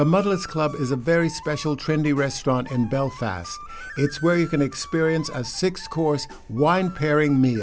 a mother's club is a very special trendy restaurant in belfast it's where you can experience a six course wine pairing me